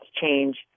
change